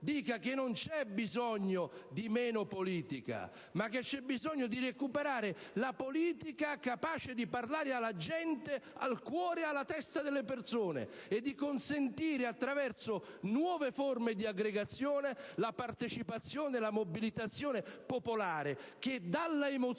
che non c'è bisogno di meno politica: c'è piuttosto bisogno di recuperare una politica capace di parlare alla gente, al cuore e alla testa delle persone, e di consentire, attraverso nuove forme di aggregazione, la partecipazione e la mobilitazione popolare che dall'emozione